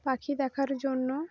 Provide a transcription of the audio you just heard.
পাখি দেখার জন্য